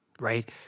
Right